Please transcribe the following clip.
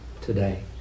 today